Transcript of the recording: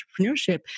entrepreneurship